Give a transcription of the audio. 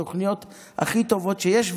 בתוכניות הכי טובות שיש,